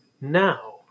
now